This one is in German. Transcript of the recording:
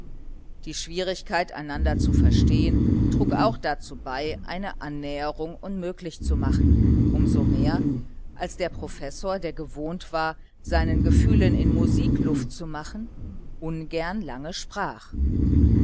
die schwierigkeit einander zu verstehen trug auch dazu bei eine annäherung unmöglich zu machen umso mehr als der professor der gewohnt war seinen gefühlen in musik luft zu machen ungern lange sprach